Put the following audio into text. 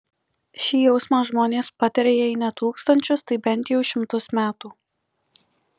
šį jausmą žmonės patiria jei ne tūkstančius tai bent jau šimtus metų